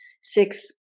six